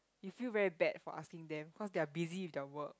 you feel very bad for asking them cause they're busy with their work